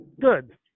good